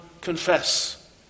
confess